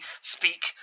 speak